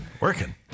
Working